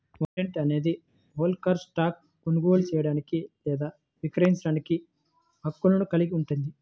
warrant అనేది హోల్డర్కు స్టాక్ను కొనుగోలు చేయడానికి లేదా విక్రయించడానికి హక్కును కలిగి ఉంటుంది